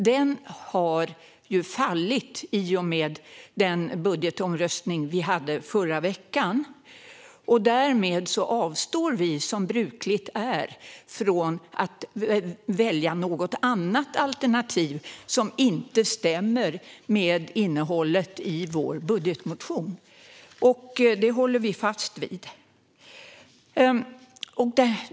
Den har fallit i och med den budgetomröstning vi hade förra veckan, och därmed avstår vi, som brukligt är, från att välja något annat alternativ som inte stämmer med innehållet i vår budgetmotion. Detta håller vi fast vid.